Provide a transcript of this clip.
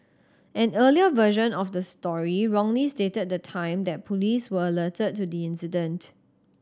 an earlier version of the story wrongly stated the time that police were alerted to the incident